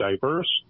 diverse